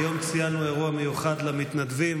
היום ציינו אירוע מיוחד למתנדבים.